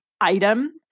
item